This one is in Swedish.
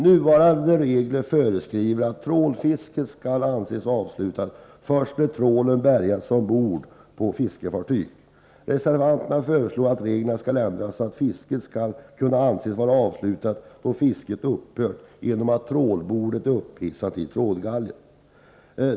Nuvarande regler föreskriver att trålfiske skall anses vara avslutat, först när trålen har bärgats ombord på fiskefartyg. Reservanterna föreslår att reglerna skall ändras så att fiske skall kunna anses vara avslutat, då fiske har upphört genom att trålbordet hissats upp i trålgalgen.